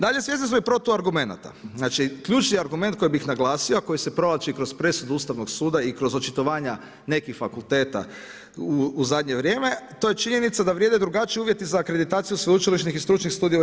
Dalje, svjesni smo i protuargumenata, znači ključni argument koji bih naglasio, a koji se provlači kroz presudu Ustavnog suda i kroz očitovanja nekih fakulteta u zadnje vrijeme, to je činjenica da vrijede drugačiji uvjeti za akreditaciju sveučilišnih i stručnih studija u RH.